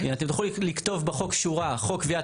אתם תוכלו לכתוב בחוק שורה 'חוק קביעת